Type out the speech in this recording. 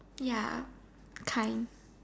ya kind